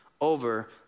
over